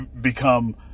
become